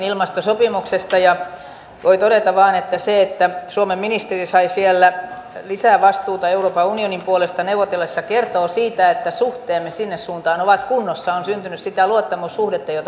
voi todeta vain että se että suomen ministeri sai siellä lisävastuuta euroopan unionin puolesta neuvotellessa kertoo siitä että suhteemme sinne suuntaan ovat kunnossa on syntynyt sitä luottamussuhdetta jota tarvitaan